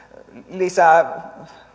lisää